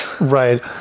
Right